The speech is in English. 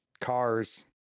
cars